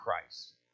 Christ